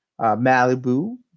Malibu